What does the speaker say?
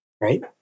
right